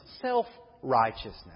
self-righteousness